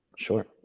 Sure